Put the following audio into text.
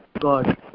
God